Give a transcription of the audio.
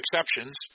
exceptions